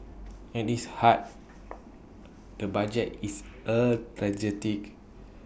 at its heart the budget is A strategic